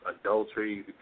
adultery